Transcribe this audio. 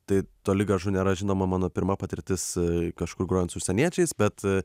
tai toli gražu nėra žinoma mano pirma patirtis kažkur grojant su užsieniečiais bet